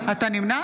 נמנע